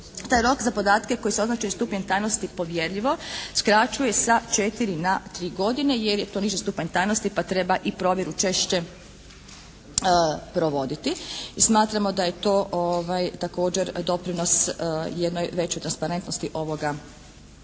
Taj rok za podatke koji se označava stupnjem tajnosti «povjerljivo» skraćuje sa 4 na 3 godine jer je to niži stupanj tajnosti pa treba i provjeru češće provoditi. Smatramo da je to također doprinos jednoj većoj transparentnosti ovoga zakona.